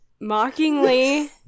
Mockingly